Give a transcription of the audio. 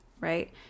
right